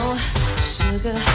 sugar